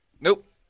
Nope